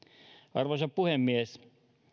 arvoisa puhemies